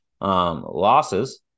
Losses